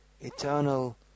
eternal